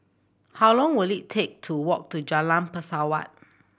how long will it take to walk to Jalan Pesawat